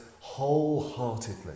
wholeheartedly